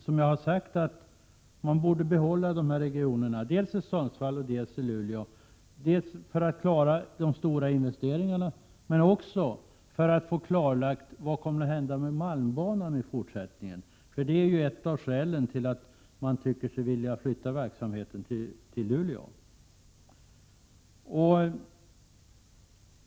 Som jag har sagt anser jag att regionerna i Sundsvall och Luleå borde behållas, dels för att klara de stora investeringarna, dels också för att få klarlagt vad som kommer att hända med malmbanan i fortsättningen — det är ju ett av skälen till att man vill flytta verksamheten till Luleå.